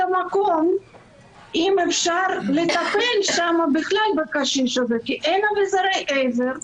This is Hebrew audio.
המקום אם בכלל אפשר לטפל בו שם כי אין אביזרי עזר.